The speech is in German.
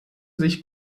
sich